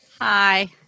Hi